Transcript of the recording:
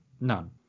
none